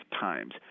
times